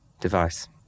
device